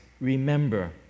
Remember